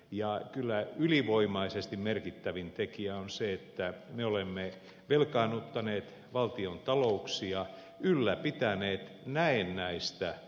ja kyllä ylivoimaisesti merkittävin tekijä on se että me olemme velkaannuttaneet valtionta louksia ylläpitäneet näennäistä kilpailukykyä